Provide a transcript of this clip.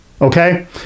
Okay